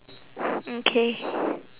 mm K